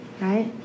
Right